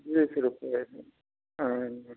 बीस रुपये